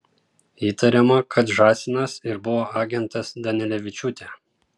įtariama kad žąsinas ir buvo agentas danilevičiūtė